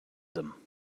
them